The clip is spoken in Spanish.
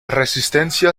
resistencia